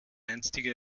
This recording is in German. einstige